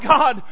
God